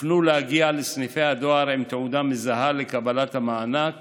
הופנו להגיע לסניפי הדואר עם תעודה מזהה לקבלת המענק